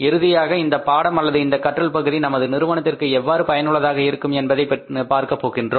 இறுதியாக இந்த பாடம் அல்லது இந்த கற்றல் பகுதி நமது நிறுவனத்திற்கு எவ்வாறு பயனுள்ளதாக இருக்கும் என்பதையும் பார்க்கப் போகின்றோம்